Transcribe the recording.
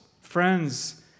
friends